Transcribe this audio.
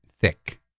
Thick